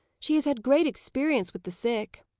she has had great experience with the sick.